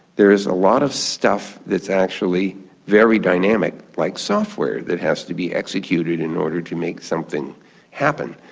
there's a lot of stuff that's actually very dynamic, like software, that has to be executed in order to make something happen.